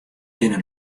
binne